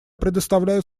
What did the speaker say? предоставляю